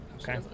Okay